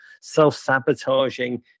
self-sabotaging